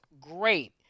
great